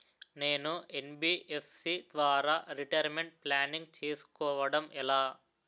నేను యన్.బి.ఎఫ్.సి ద్వారా retirement planning చేసుకోవడం ఎలా?